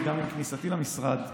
גם עם כניסתי למשרד,